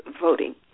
voting